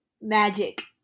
Magic